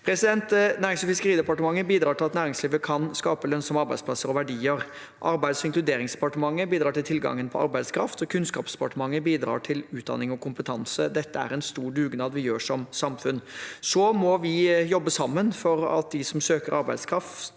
Nærings- og fiskeridepartementet bidrar til at næringslivet kan skape lønnsomme arbeidsplasser og verdier. Arbeids- og inkluderingsdepartementet bidrar til tilgangen på arbeidskraft, og Kunnskapsdepartementet bidrar til utdanning og kompetanse. Dette er en stor dugnad vi gjør som samfunn. Så må vi jobbe sammen for at de som søker arbeidskraft,